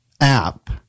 app